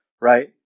right